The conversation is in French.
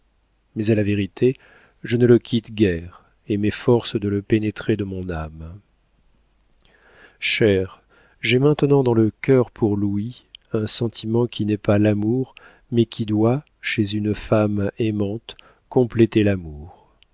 mais à la vérité je ne le quitte guère et m'efforce de le pénétrer de mon âme chère j'ai maintenant dans le cœur pour louis un sentiment qui n'est pas l'amour mais qui doit chez une femme aimante compléter l'amour